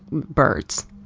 birds.